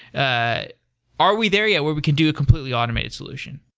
ah are we there yet, where we can do a completely automated solution?